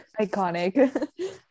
Iconic